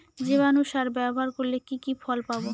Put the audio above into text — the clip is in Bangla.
জীবাণু সার ব্যাবহার করলে কি কি ফল পাবো?